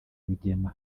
rugema